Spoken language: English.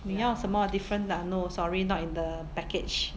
你要什么 different ah no sorry not in the package